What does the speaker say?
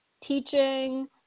Teaching